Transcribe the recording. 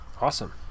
Awesome